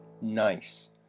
Nice